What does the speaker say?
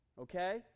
Okay